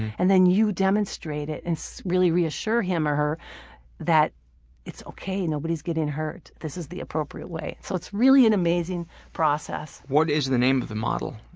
and then you demonstrate it and really reassure him or her that it's okay. nobody's getting hurt. this is the appropriate way. so it's really an amazing process. what is the name of the model?